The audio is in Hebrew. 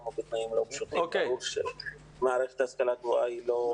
הוא בתנאים לא פשוטים ומערכת ההשכלה הגבוהה היא לא חריגה.